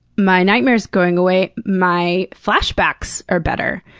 my nightmare's going away, my flashbacks are better,